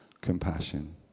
compassion